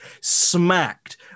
smacked